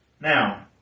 Now